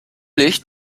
licht